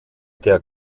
der